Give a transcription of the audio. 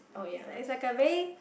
it's like it's like a very